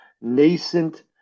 nascent